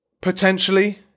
potentially